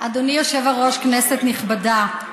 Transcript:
אדוני היושב-ראש, כנסת נכבדה,